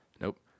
Nope